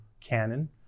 canon